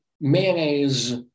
mayonnaise